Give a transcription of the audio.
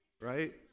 right